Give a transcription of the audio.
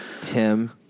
Tim